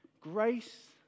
Grace